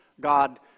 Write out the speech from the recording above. God